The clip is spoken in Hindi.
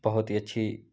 बहुत ही अच्छी